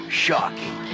shocking